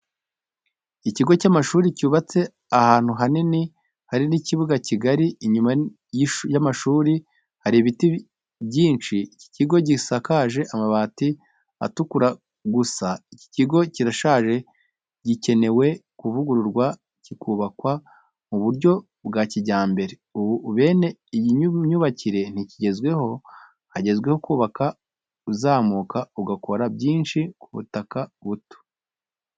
Ikigo cy'amashuri cyubatse ahantu hanini hari n'ikibuga kigari inyuma y'amashuri hari ibiti byinshi. Iki kigo gisakaje amabati atukura gusa iki kigo kirashaje gikenewe kuvugururwa kikubakwa mu buryo bwa kijyambere, ubu bene iyi myubakire ntikigezweho, hagezweho kubaka uzamuka ugakora byinshi ku butaka buto.